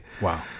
Wow